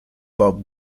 bob